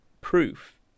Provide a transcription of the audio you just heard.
proof